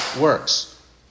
works